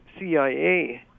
cia